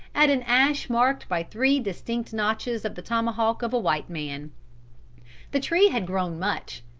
at an ash marked by three distinct notches of the tomahawk of a white man the tree had grown much,